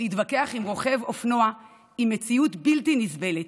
להתווכח עם רוכב אופנוע זו מציאות בלתי נסבלת,